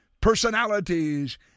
personalities